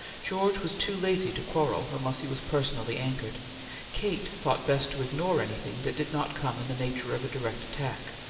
george was too lazy to quarrel unless he was personally angered kate thought best to ignore anything that did not come in the nature of a direct attack.